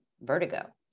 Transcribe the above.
vertigo